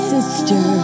Sister